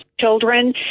children